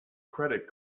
credit